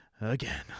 again